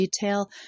detail